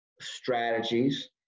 strategies